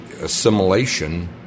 assimilation